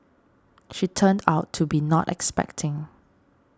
she turned out to be not expecting